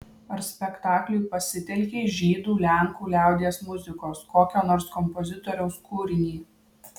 ar spektakliui pasitelkei žydų lenkų liaudies muzikos kokio nors kompozitoriaus kūrinį